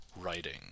writing